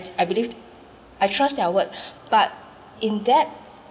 I believed I trust their word but in that